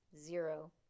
zero